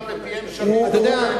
שווים.